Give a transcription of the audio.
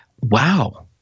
Wow